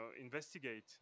investigate